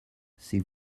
c’est